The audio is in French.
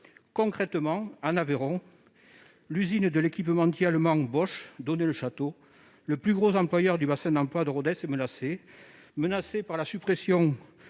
Concrètement, en Aveyron, l'usine de l'équipementier allemand Bosch d'Onet-le-Château, plus gros employeur du bassin d'emploi de Rodez, est menacée par la suppression